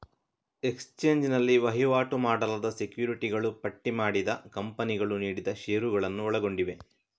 exchange ನಲ್ಲಿ ವಹಿವಾಟು ಮಾಡಲಾದ ಸೆಕ್ಯುರಿಟಿಗಳು ಪಟ್ಟಿ ಮಾಡಿದ ಕಂಪನಿಗಳು ನೀಡಿದ ಷೇರುಗಳನ್ನು ಒಳಗೊಂಡಿವೆ